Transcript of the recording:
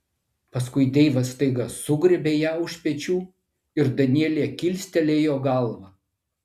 paskui deivas staiga sugriebė ją už pečių ir danielė kilstelėjo galvą